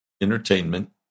entertainment